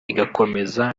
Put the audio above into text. igakomeza